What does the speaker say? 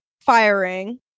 firing